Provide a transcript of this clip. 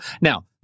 Now